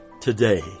Today